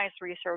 research